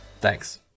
Thanks